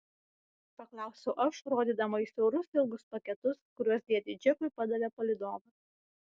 paklausiau aš rodydama į siaurus ilgus paketus kuriuos dėdei džekui padavė palydovas